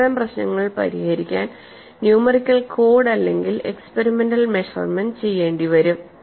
അത്തരം പ്രശ്നങ്ങൾ പരിഹരിക്കാൻ ന്യൂമെറിക്കൽ കോഡ് അല്ലെങ്കിൽ എക്സ്പെരിമെന്റൽ മെഷർമെൻറ് ചെയ്യേണ്ടി വരും